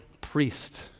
priest